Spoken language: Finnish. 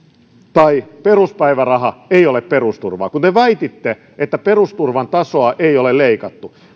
tai peruspäiväraha ei ole perusturvaa kun te väititte että perusturvan tasoa ei ole leikattu